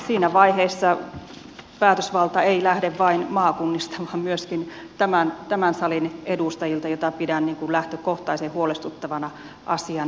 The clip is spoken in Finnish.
siinä vaiheessa päätösvalta ei lähde vain maakunnista vaan myöskin tämän salin edustajilta mitä pidän lähtökohtaisen huolestuttavana asiana